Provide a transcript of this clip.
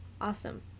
Awesome